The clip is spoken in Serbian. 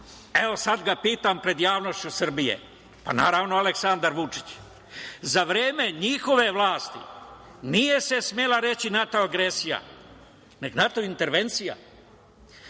Evo, sad ga pitam pred javnošću Srbije. Pa, naravno, Aleksandar Vučić. Za vreme njihove vlasti nije se smela reći NATO agresija, nego NATO intervencija. Drugo,